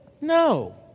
No